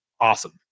awesome